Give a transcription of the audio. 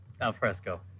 Alfresco